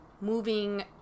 moving